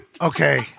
Okay